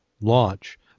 launch